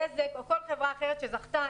בזק או כל חברה אחרת שזכתה,